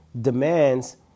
demands